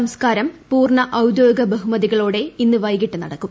സംസ്ക്കാരം പൂർണ്ണ ഔദ്യോഗിക ബഹുമതികളോടെ ഇന്ന് വൈകിട്ട് നടക്കും